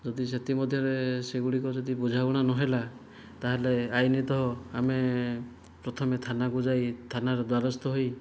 ଯଦି ସେଥିମଧ୍ୟରେ ସେଗୁଡ଼ିକ ଯଦି ବୁଝାମଣା ନହେଲା ତା'ହେଲେ ଆଇନତଃ ଆମେ ପ୍ରଥମେ ଥାନାକୁ ଯାଇ ଥାନାର ଦ୍ଵାରସ୍ଥ ହୋଇ